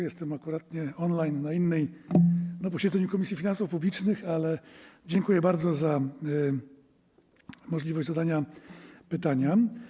Jestem akurat on-line na posiedzeniu Komisji Finansów Publicznych, ale dziękuję bardzo za możliwość zadania pytania.